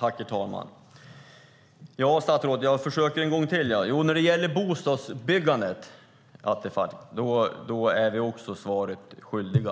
Herr talman! Jag försöker en gång till, statsrådet, för när det gäller bostadsbyggandet, Attefall, är du oss socialdemokrater svaret skyldig.